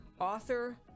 author